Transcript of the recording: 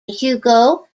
hugo